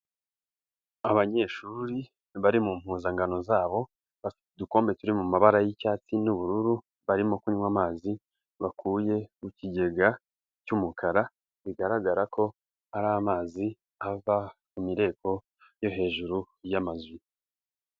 Abanyeshuri bari mu mpuzangano zabo, bafite udukombe turi mu mabara y'icyatsi n'ubururu, barimo kunywa amazi bakuye mu kigega cy'umukara, bigaragara ko ari amazi ava mu mireko yo hejuru y'amazu.